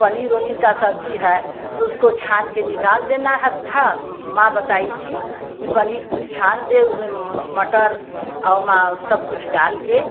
पनीर ओनीर का सब्जी है तो उसको छान के निकाल देना है था माँ बताई थी कि पनीर छान दे उसमें मटर ओमा सब कुछ डाल के